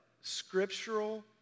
scriptural